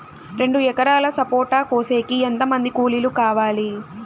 రెండు ఎకరాలు సపోట కోసేకి ఎంత మంది కూలీలు కావాలి?